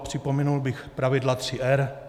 Připomenul bych pravidla 3 R.